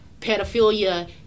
Pedophilia